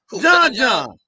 John-John